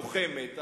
לוחמת.